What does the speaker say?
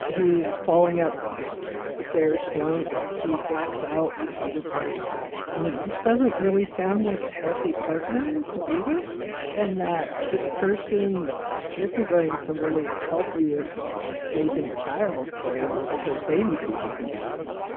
he's falling up the stairs drunk. he blacks out repeatedly um this doesn't really sound like a healthy partner to be with and that this person isn't going to really help you if raising a child for a while because they need to be taken care of.